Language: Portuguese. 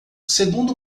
segundo